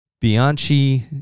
Bianchi